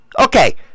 Okay